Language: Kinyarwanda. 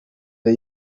the